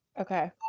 Okay